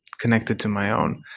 connected to my own.